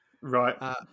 right